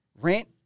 rent